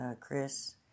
Chris